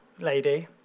lady